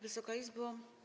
Wysoka Izbo!